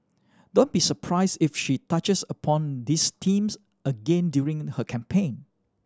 don't be surprise if she touches upon these themes again during her campaign